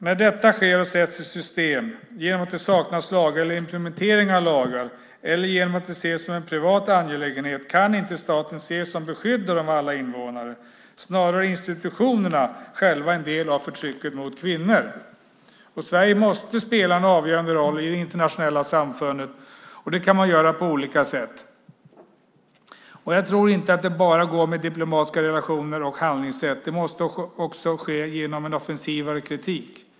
När detta sker och sätts i system genom att det saknas lagar eller implementering av lagar eller genom att det ses som en privat angelägenhet kan staten inte ses som beskyddare av alla invånare. Snarare är institutionerna själva en del av förtrycket mot kvinnor. Sverige måste spela en avgörande roll i det internationella samfundet, och det kan man göra på olika sätt. Jag tror inte att det går med enbart diplomatiska relationer och handlingssätt. Det måste också ske genom en mer offensiv kritik.